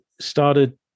started